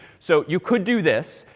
so you could do this,